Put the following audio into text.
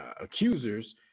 accusers